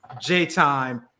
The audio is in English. J-Time